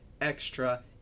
extra